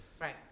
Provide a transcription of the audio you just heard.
right